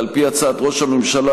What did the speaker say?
ועל פי הצעת ראש הממשלה,